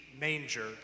manger